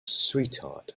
sweetheart